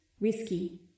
Risky